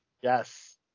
Yes